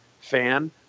fan